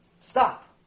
stop